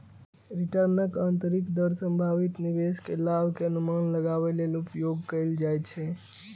रिटर्नक आंतरिक दर संभावित निवेश के लाभ के अनुमान लगाबै लेल उपयोग कैल जाइ छै